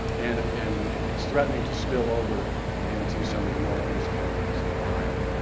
and and it's threatening to spill over into some of the northeast counties of iowa.